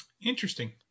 Interesting